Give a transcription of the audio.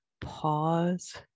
Pause